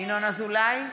ינון אזולאי,